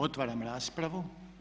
Otvaram raspravu.